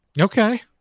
Okay